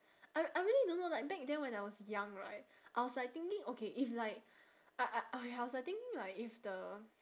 I I really don't know like back then when I was young right I was like thinking okay if like I I oh ya I was thinking like if the